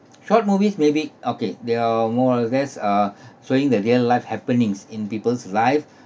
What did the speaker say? short movies maybe okay they are more or less uh showing the real life happenings in people's life